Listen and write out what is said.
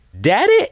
Daddy